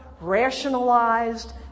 rationalized